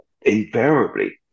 Invariably